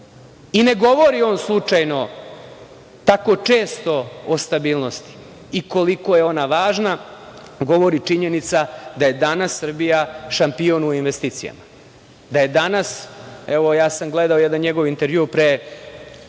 I ne govori on slučajno tako često o stabilnosti i koliko je ona važna govori činjenica da je danas Srbija šampion u investicijama. Ja sam gledao jedan njegov intervjuu pre